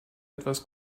etwas